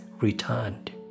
returned